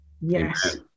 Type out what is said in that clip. Yes